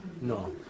No